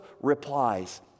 replies